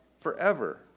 forever